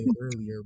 earlier